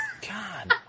God